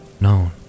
known